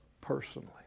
personally